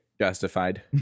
justified